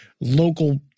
local